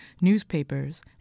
newspapers